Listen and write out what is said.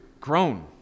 grown